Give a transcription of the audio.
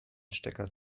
stecker